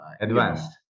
advanced